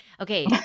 Okay